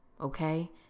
Okay